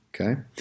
Okay